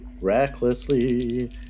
Recklessly